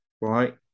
right